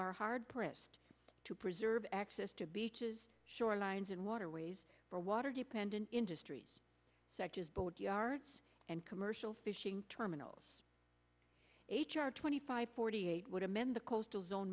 are hard pressed to preserve access to beaches shorelines and waterways for water dependent industries such as boat yards and commercial fishing terminals h r twenty five forty eight would amend the coastal zone